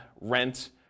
rent